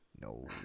No